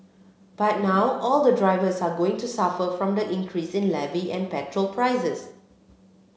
but now all the drivers are going to suffer from the increase in levy and petrol prices